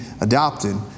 adopted